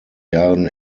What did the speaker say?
jahren